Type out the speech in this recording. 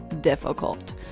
difficult